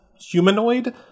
humanoid